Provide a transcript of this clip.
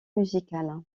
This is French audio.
musicale